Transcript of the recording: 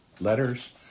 letters